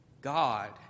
God